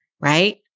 right